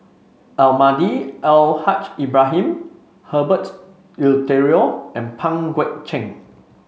Almahdi Al Haj Ibrahim Herbert Eleuterio and Pang Guek Cheng